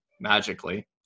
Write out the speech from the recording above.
magically